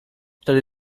wtedy